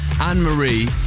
Anne-Marie